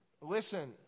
Listen